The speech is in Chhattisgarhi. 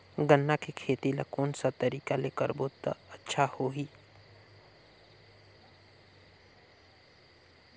गन्ना के खेती ला कोन सा तरीका ले करबो त अच्छा होही?